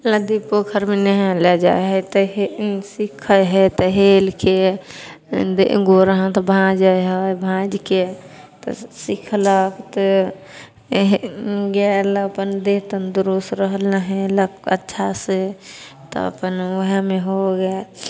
नदी पोखरिमे नहाय लए जाइ हइ तऽ हेलव सीखै हइ तऽ हेलके गोर हाथ भाँजै हइ भाँजिके तऽ सीखलक तऽ गेल अपन देह तंदुरस्त रहल नहेलक अच्छा से तऽ अपन वएहमे हो गेल